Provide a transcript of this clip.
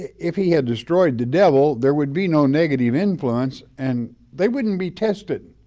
if he had destroyed the devil, there would be no negative influence and they wouldn't be tested.